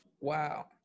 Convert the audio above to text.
wow